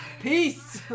Peace